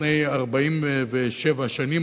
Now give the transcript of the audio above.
לפני 47 שנים,